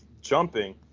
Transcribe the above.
jumping